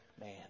man